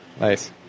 Nice